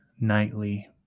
nightly